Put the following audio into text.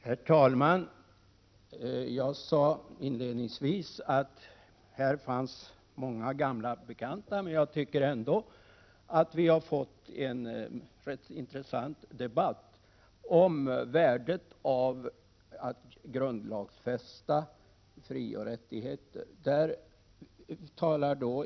Herr talman! Inledningsvis sade jag att det här finns många gamla bekanta, men jag tycker ändå att vi har fått en rätt intressant debatt om värdet av att grundlagsfästa frioch rättigheter.